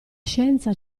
scienza